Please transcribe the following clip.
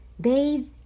bathe